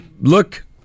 Look